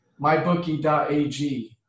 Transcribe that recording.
MyBookie.ag